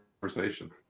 conversation